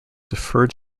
deferred